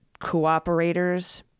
cooperators